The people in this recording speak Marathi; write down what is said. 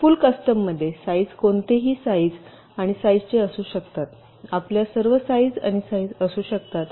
फुल कस्टम मध्ये साईज कोणतेही साईज आणि साईजचे असू शकतात आपल्यास सर्व साईज आणि साईज असू शकतात